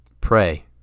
pray